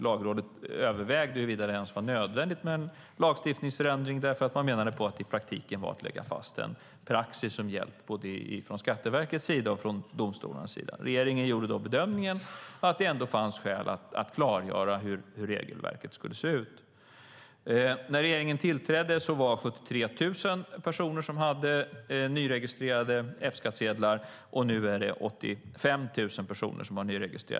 Lagrådet övervägde huruvida det ens var nödvändigt med en lagstiftningsförändring. Man menade att det i praktiken handlade om att fastslå en praxis som gällt både från Skatteverkets sida och från domstolarnas sida. Regeringen gjorde då bedömningen att det ändå fanns skäl att klargöra hur regelverket skulle se ut. När regeringen tillträdde var det 73 000 personer som hade nyregistrerade F-skattsedlar. Nu är det 85 000.